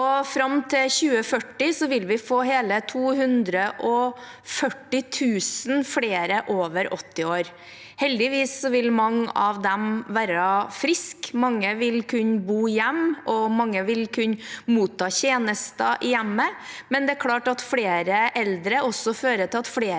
Fram til 2040 vil vi få hele 240 000 flere over 80 år. Heldigvis vil mange av dem være friske, mange vil kunne bo hjemme, og mange vil kunne motta tjenester i hjemmet, men det er klart at flere eldre også fører til at flere